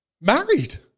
married